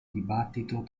dibattito